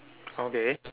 okay